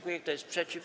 Kto jest przeciw?